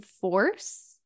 force